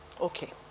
Okay